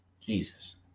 Jesus